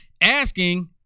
asking